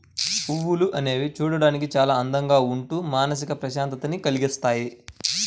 పువ్వులు అనేవి చూడడానికి చాలా అందంగా ఉంటూ మానసిక ప్రశాంతతని కల్గిస్తాయి